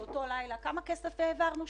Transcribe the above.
באותו לילה כמה כסף העברנו,